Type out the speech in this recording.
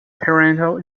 parental